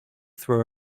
throw